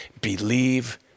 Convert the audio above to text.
believe